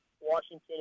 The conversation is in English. Washington